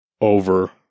Over